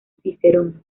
cicerón